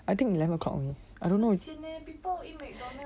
I think eleven o'clock